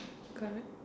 correct